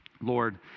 Lord